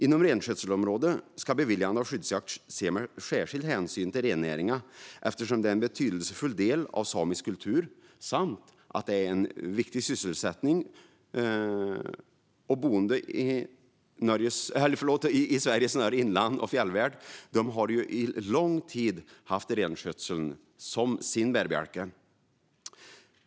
Inom renskötselområdet ska beviljande av skyddsjakt ske med särskild hänsyn till rennäringen, eftersom den är en betydelsefull del av samisk kultur samt viktig för sysselsättning och boende i Sveriges norra inland och fjällvärld, där man under lång tid haft renskötsel som sin bärbjälke.